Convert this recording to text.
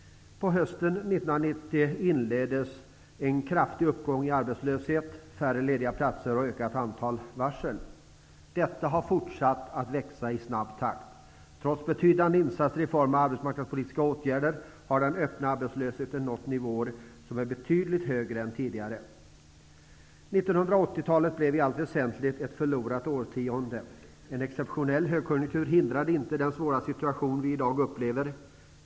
På hösten 1990 inleddes en kraftig uppgång i arbetslöshet, det blev färre lediga platser och ett ökat antal varsel. Detta har fortsatt i snabb takt. Trots betydande insatser i form av arbetsmarknadspolitiska åtgärder har den öppna arbetslösheten nått betydligt högre nivåer än tidigare. 1980-talet blev i allt väsentligt ett förlorat årtionde. En exceptionell högkonjunktur hindrade inte den svåra situation vi i dag upplever.